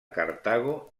cartago